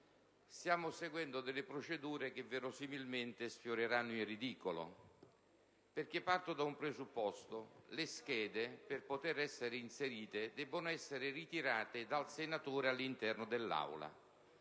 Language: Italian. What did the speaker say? stiamo seguendo delle procedure che verosimilmente sfioreranno il ridicolo. Parto da un presupposto: le schede, per poter essere inserite, debbono essere ritirate dal senatore all'interno dell'Aula.